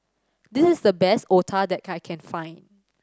this is the best Otah that I can find